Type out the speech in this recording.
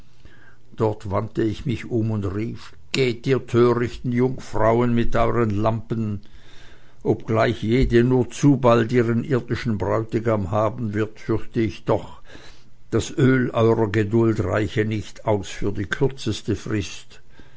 dort wandte ich mich um und rief geht ihr törichten jungfrauen mit euren lampen obgleich jede nur zu bald ihren irdischen bräutigam haben wird fürchte ich doch das öl eurer geduld reiche nicht aus für die kürzeste frist